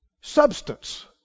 substance